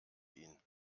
ihn